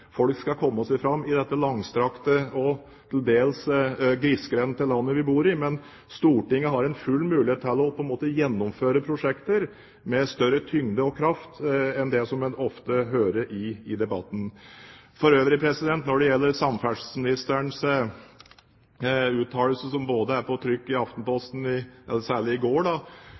folk skal komme seg fram i dette langstrakte, og til dels grisgrendte, landet vi bor i. Men Stortinget har full mulighet til å gjennomføre prosjekter med større tyngde og kraft enn det som en ofte hører i debatten. Når det for øvrig gjelder samferdselsministerens uttalelser som sto på trykk i Aftenposten i går, så tror jeg det enkleste er å vise til interpellasjonen fra representanten Sortevik i Stortinget i går,